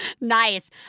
Nice